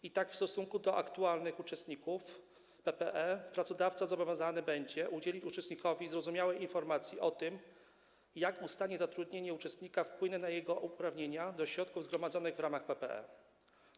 I tak w stosunku do aktualnych uczestników PPE pracodawca zobowiązany będzie udzielić uczestnikowi zrozumiałej informacji o tym, jak ustanie zatrudnienia uczestnika wpłynie na jego uprawnienia do środków zgromadzonych w ramach PPE.